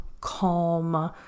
calm